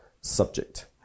subject